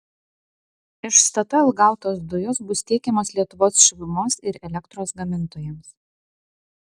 iš statoil gautos dujos bus tiekiamos lietuvos šilumos ir elektros gamintojams